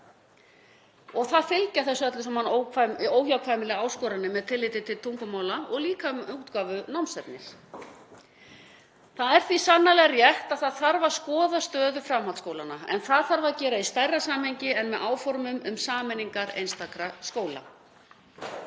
fylgja þessu öllu saman áskoranir með tilliti til tungumála og líka útgáfu námsefnis. Því er sannarlega rétt að það þarf að skoða stöðu framhaldsskólanna, en það þarf að gera í stærra samhengi en með áformum um sameiningar einstakra skóla.